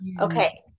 Okay